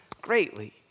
greatly